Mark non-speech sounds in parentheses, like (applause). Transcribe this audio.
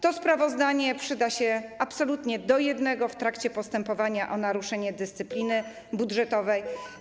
To sprawozdanie przyda się absolutnie do jednego - w trakcie postępowania o naruszenie dyscypliny budżetowej (noise)